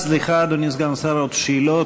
סליחה, אדוני סגן השר, עוד שאלות.